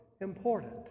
important